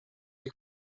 ich